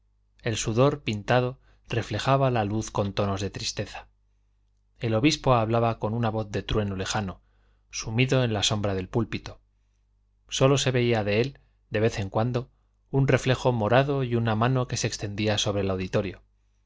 el sudor pintado reflejaba la luz con tonos de tristeza el obispo hablaba con una voz de trueno lejano sumido en la sombra del púlpito sólo se veía de él de vez en cuando un reflejo morado y una mano que se extendía sobre el auditorio